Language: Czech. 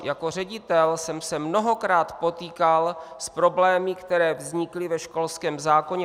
Jako ředitel jsem se mnohokrát potýkal s problémy, které vznikly ve školském zákoně.